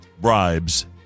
bribes